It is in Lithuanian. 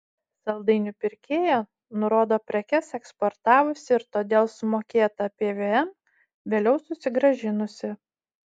saldainių pirkėja nurodo prekes eksportavusi ir todėl sumokėtą pvm vėliau susigrąžinusi